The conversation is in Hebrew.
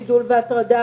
שידול והטרדה,